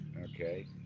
okay